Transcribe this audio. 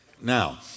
Now